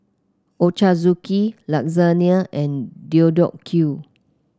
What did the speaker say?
Ochazuke Lasagna and Deodeok Gui